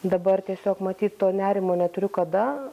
dabar tiesiog matyt to nerimo neturiu kada